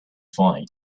find